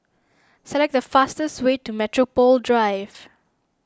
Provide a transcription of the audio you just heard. select the fastest way to Metropole Drive